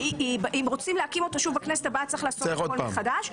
אם רוצים להקים אותה שוב בכנסת הבאה צריך לעשות הכול מחדש,